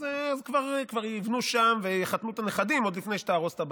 אז כבר ייבנו שם ויחתנו את הנכדים עוד לפני שתהרוס את הבית.